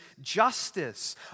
justice